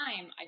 time